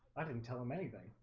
i didn't tell him anything.